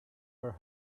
her